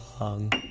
long